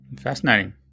Fascinating